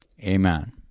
Amen